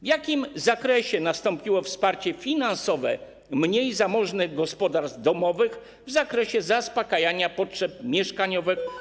W jakim zakresie nastąpiło wsparcie finansowe mniej zamożnych gospodarstw domowych, jeśli chodzi o zaspakajanie potrzeb mieszkaniowych?